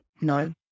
No